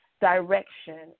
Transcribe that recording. direction